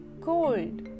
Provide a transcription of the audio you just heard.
cold